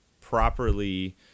properly